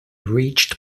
reached